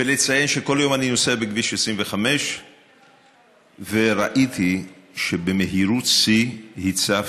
ולציין שכל יום אני נוסע בכביש 25 וראיתי שבמהירות שיא הצבת